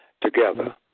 together